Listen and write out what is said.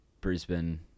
Brisbane